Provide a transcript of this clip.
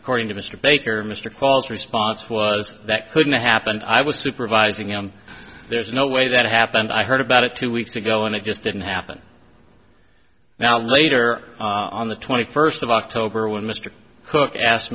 according to mr baker mr qualls response was that couldn't happen i was supervising him there's no way that happened i heard about it two weeks ago and it just didn't happen now later on the twenty first of october when mr cook asked